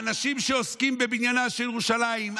האנשים שעוסקים בבניינה של ירושלים,